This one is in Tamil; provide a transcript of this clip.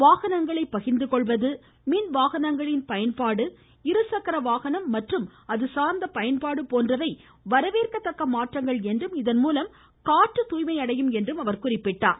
வாகனங்களை பகிர்ந்துகொள்வது மின்வாகனங்களின் பயன்பாடு இருசக்கர வாகனம் மற்றும் அதுசார்ந்த பயன்பாடு போன்றவை வரவேற்கத்தக்க மாற்றங்கள் என்றும் இதன்மூலம் காற்று தூய்மை அடையும் என்றும் குறிப்பிட்டார்